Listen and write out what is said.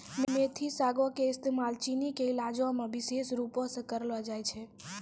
मेथी सागो के इस्तेमाल चीनी के इलाजो मे विशेष रुपो से करलो जाय छै